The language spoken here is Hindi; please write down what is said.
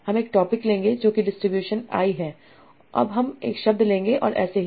हम एक टॉपिक लेंगे जो कि डिस्ट्रीब्यूशन I है अब हम एक शब्द लेंगे और ऐसे ही